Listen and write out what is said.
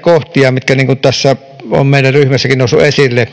kohtia, mitkä tässä ovat meidän ryhmässäkin nousseet esille.